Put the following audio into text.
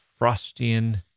Frostian